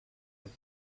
have